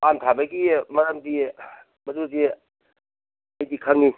ꯄꯥꯟ ꯊꯥꯕꯒꯤ ꯃꯔꯝꯗꯤ ꯃꯗꯨꯗꯤ ꯑꯩꯗꯤ ꯈꯪꯉꯤ